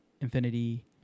infinity